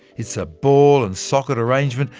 it's a ball-and-socket arrangement,